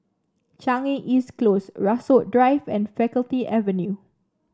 Changi East Close Rasok Drive and Faculty Avenue